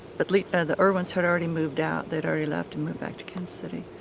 but like ah the irwins had already moved out. they'd already left and moved back to kansas city.